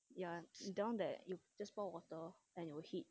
ya you down there you just boil the water and it will heat